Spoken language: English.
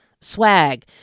swag